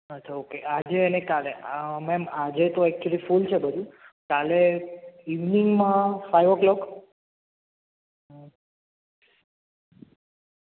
અચ્છા ઓકે આજે અને કાલે મેમ આજે તો એક્ચુલી ફૂલ છે બધું કાલે ઈવનીંગમાં ફાઈવ ઓ ક્લોક